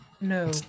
no